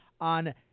on